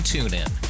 TuneIn